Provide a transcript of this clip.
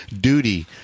duty